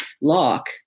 lock